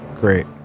great